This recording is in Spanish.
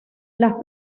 las